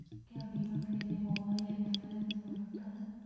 क्या बीमा के लिए मोबाइल इंश्योरेंस हो सकता है?